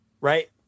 Right